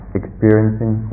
experiencing